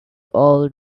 all